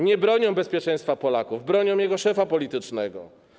Nie broniły bezpieczeństwa Polaków, broniły jego szefa politycznego.